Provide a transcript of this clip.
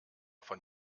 von